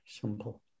simple